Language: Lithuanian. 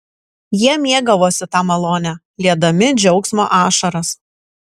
jie mėgavosi ta malone liedami džiaugsmo ašaras